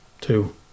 Two